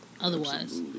otherwise